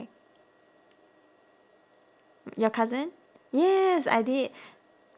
your cousin yes I did